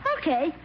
Okay